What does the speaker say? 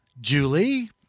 Julie